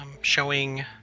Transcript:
showing